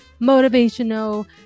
motivational